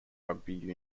rugby